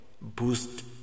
boost